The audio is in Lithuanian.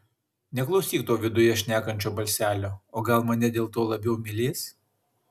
neklausyk to viduje šnekančio balselio o gal mane dėl to labiau mylės